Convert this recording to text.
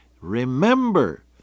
Remember